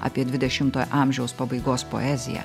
apie dvidešimto amžiaus pabaigos poeziją